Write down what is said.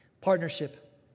Partnership